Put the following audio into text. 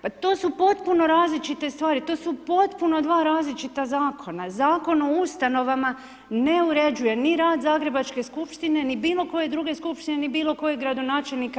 Pa to su potpuno različite stvari, to su potpuno dva različit zakona, Zakon o ustanovama ne uređuje niti rad zagrebačke skupštine niti bilokoje druge skupštine niti bilokojeg gradonačelnika.